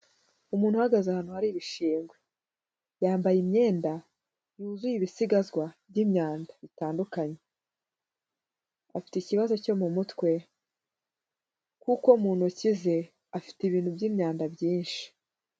Umuntu uhagaze ahantu hari ibishingwe, yambaye imyenda yuzuye ibisigazwa by'imyanda bitandukanye, afite ikibazo cyo mu mutwe kuko mu ntoki ze afite ibintu by'imyanda byinshi.